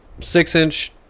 Six-inch